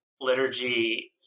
liturgy